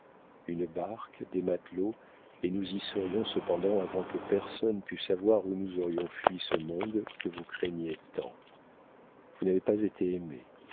une barque des matelots et nous y serions cependant avant que personne pût savoir où nous aurions fui ce monde que vous craignez tant vous n'avez pas été aimée